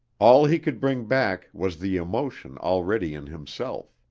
all he could bring back was the emotion already in himself.